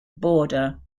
border